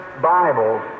Bibles